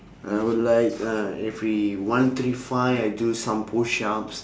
I would like uh every one three five I do some push-ups